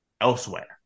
elsewhere